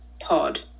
pod